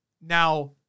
Now